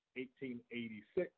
1886